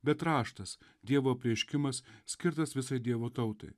bet raštas dievo apreiškimas skirtas visai dievo tautai